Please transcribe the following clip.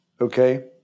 okay